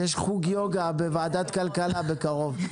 יש חוג יוגה בוועדת הכלכלה בקרוב...